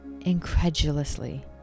incredulously